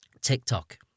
TikTok